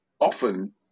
often